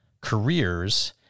careers